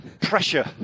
pressure